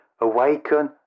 awaken